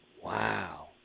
Wow